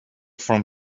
from